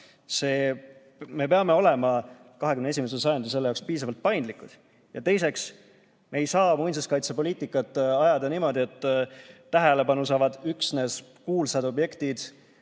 Me peame olema 21. sajandil selleks piisavalt paindlikud. Teiseks, me ei saa muinsuskaitsepoliitikat ajada niimoodi, et tähelepanu saavad üksnes kuulsad objektid,